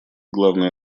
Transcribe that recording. главную